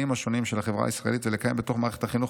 השונים של החברה הישראלית ולקיים בתוך מערכת החינוך